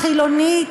חילונית,